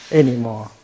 anymore